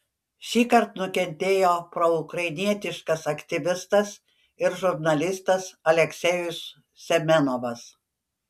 šįkart nukentėjo proukrainietiškas aktyvistas ir žurnalistas aleksejus semenovas